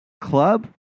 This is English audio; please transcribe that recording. club